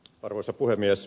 arvoisa puhemies